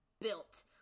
built